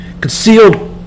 Concealed